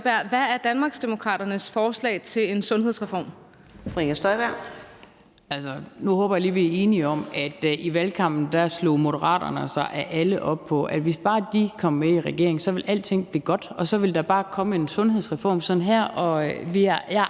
Inger Støjberg. Kl. 14:44 Inger Støjberg (DD): Nu håber jeg lige, vi er enige om, at i valgkampen slog Moderaterne – af alle – sig op på, at hvis bare de kom med i regeringen, ville alting blive godt, og så ville der bare komme en sundhedsreform sådan her.